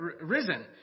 risen